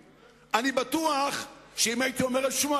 אני בטוח שאם הייתי אומר את שמו,